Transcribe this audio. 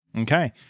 Okay